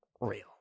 real